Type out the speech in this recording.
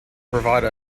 provide